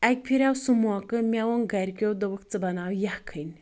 اَکہِ پھِرِ آو سُہ موقعہٕ مےٚ وون گَرِکؠو دوٚپُکھ ژٕ بَناو یَکٕھنۍ